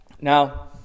Now